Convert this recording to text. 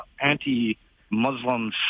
anti-Muslim